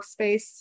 workspace